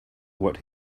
what